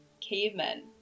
cavemen